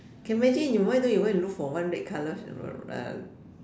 can imagine you why don't you want to look for one red colour uh